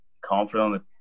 confident